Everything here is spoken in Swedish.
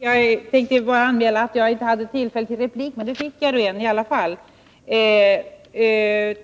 Herr talman! Jag tänkte låta anmäla att jag inte hade rätt till replik, eftersom